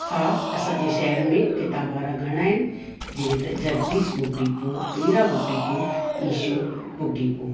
हा असांजे शहर में किताबु वारा घणा आहिनि जीअं त Jagdish book depot Heera book depot इशो बुक डिपो